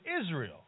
Israel